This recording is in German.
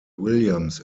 williams